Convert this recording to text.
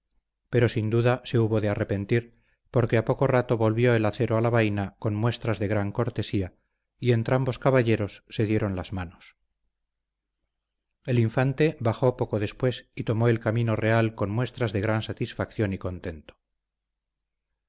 pero sin duda se hubo de arrepentir porque a poco rato volvió el acero a la vaina con muestras de gran cortesía y entrambos caballeros se dieron las manos el infante bajó poco después y tomó el camino real con muestras de gran satisfacción y contento